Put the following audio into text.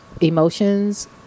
emotions